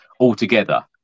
altogether